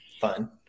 Fun